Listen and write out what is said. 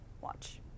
Watch